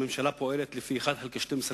הממשלה פועלת עם התקציב לפי 1 חלקי 12,